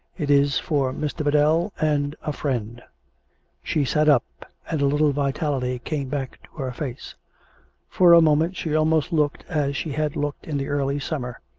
it is for mr. biddell and a friend she sat up, and a little vitality came back to her face for a moment she almost looked as she had looked in the early summer.